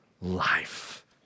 life